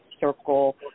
circle